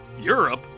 Europe